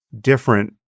different